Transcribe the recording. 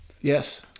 Yes